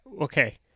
Okay